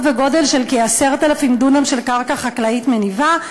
בגודל של כ-10,000 דונם של קרקע חקלאית מניבה,